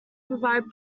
provide